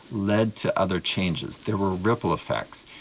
led to other changes, there were ripple effects.